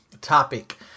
topic